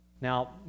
Now